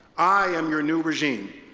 i am your new regime,